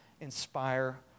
inspire